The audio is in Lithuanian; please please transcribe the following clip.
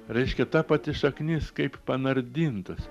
reiškia ta pati šaknis kaip panardintas